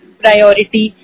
priority